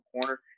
corner